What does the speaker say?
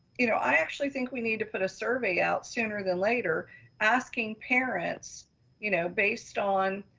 you know, i actually think we need to put a survey out sooner than later asking parents you know based on